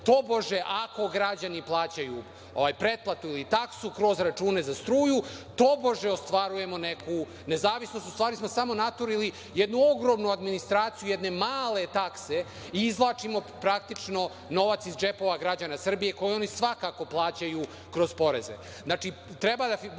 tobože ako građani plaćaju pretplatu ili taksu kroz račune za struju, tobože ostvarujemo neku nezavisnost, u stvari smo samo naturili jednu ogromnu administraciju jedne male takse. Izvlačimo praktično novac iz džepova građana Srbije koji oni svakako plaćaju kroz poreze.